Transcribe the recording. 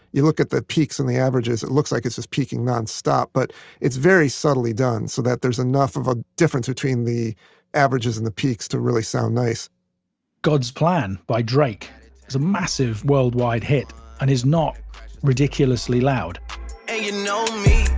you look at the peaks and the averages it looks like it's just peaking nonstop, but it's very subtly done so that there's enough of a difference between the averages and the peaks to really sound nice god's plan by drake is a massive worldwide hit and is not ridiculously loud you know